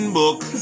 book